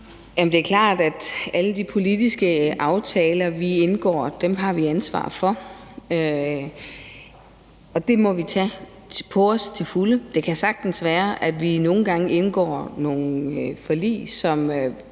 Det er klart, at alle de politiske aftaler, vi indgår, har vi et ansvar for, og det må vi tage på os til fulde. Det kan sagtens være, at vi nogle gange indgår nogle forlig, hvor